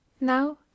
now